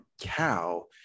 cow